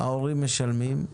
ההורים משלמים,